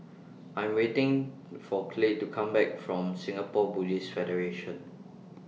I Am waiting For Clay to Come Back from Singapore Buddhist Federation